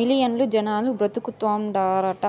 మిలియన్లు జనాలు బతుకుతాండారట